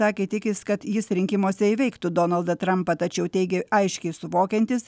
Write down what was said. sakė tikisi kad jis rinkimuose įveiktų donaldą trampą tačiau teigė aiškiai suvokiantis